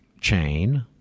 chain